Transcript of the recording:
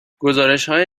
گزارشهای